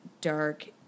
dark